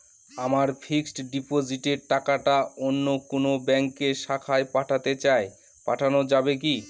আমার ফিক্সট ডিপোজিটের টাকাটা অন্য কোন ব্যঙ্কের শাখায় পাঠাতে চাই পাঠানো যাবে কি?